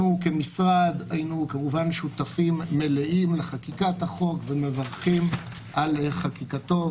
אנחנו כמשרד היינו כמובן שותפים מלאים לחקיקת החוק ומברכים על חקיקתו.